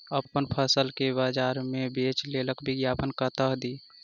अप्पन फसल केँ बजार मे बेच लेल विज्ञापन कतह दी?